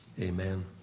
Amen